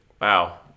wow